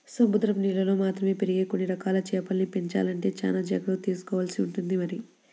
సముద్రం నీళ్ళల్లో మాత్రమే పెరిగే కొన్ని రకాల చేపల్ని పెంచాలంటే చానా జాగర్తలు తీసుకోవాల్సి ఉంటుంది మరి